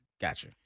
Gotcha